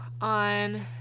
on